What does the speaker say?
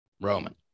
Roman